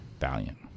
Valiant